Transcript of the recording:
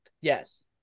Yes